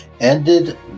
ended